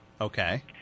Okay